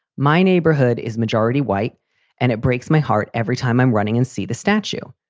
my neighborhood is majority white and it breaks my heart every time i'm running and see the statue.